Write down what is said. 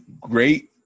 great